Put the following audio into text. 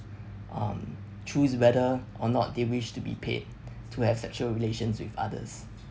um choose whether or not they wish to be paid to have sexual relations with others